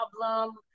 problem